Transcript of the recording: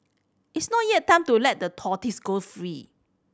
it's not yet time to let the tortoise go free